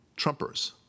Trumpers